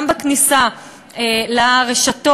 גם בכניסה לרשתות,